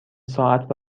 ساعت